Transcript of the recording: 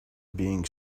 being